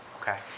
Okay